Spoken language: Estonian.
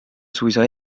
suisa